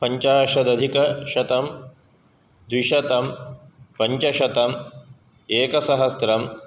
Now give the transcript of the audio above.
पञ्चाशतधिकशतं द्विशतं पञ्चशतं एकसहस्रं